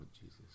Jesus